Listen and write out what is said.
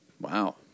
Wow